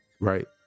Right